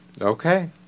Okay